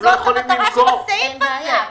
זאת המטרה של הסעיף הזה.